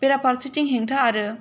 बेराफारसेथिं हेंथा आरो